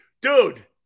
dude